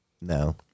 No